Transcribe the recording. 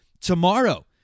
Tomorrow